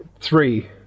three